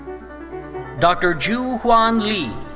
dr. joo hwan lee.